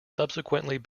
subsequently